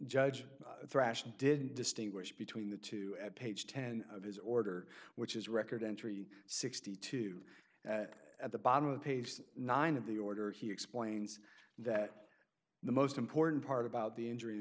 judge rational didn't distinguish between the two at page ten of his order which is record entry sixty two at the bottom of the pace nine of the order he explains that the most important part about the injury